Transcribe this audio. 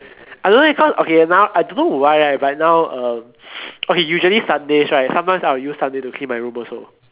I don't know leh cause okay now I don't know why right but now uh okay usually Sundays right sometimes I will use Sunday to clean my room also